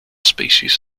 species